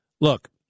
Look